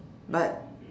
but